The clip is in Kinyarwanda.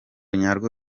nyarwo